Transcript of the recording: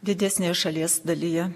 didesnėje šalies dalyje